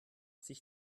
sich